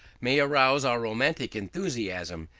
may arouse our romantic enthusiasm,